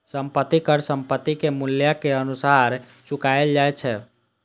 संपत्ति कर संपत्तिक मूल्यक अनुसार चुकाएल जाए छै